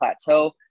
plateau